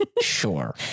sure